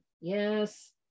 Yes